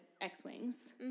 X-wings